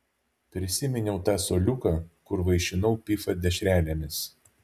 prisiminiau tą suoliuką kur vaišinau pifą dešrelėmis